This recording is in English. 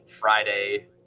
Friday